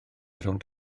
rownd